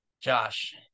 Josh